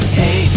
hey